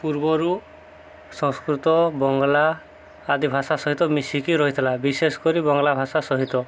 ପୂର୍ବରୁ ସଂସ୍କୃତ ବଙ୍ଗଳା ଆଦି ଭାଷା ସହିତ ମିଶିକି ରହିଥିଲା ବିଶେଷ କରି ବଙ୍ଗଳା ଭାଷା ସହିତ